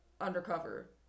undercover